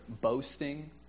boasting